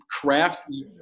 Craft